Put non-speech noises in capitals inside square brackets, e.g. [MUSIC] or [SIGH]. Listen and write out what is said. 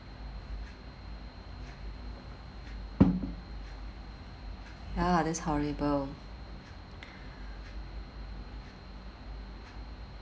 [NOISE] ya that's horrible